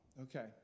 Okay